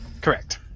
correct